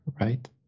right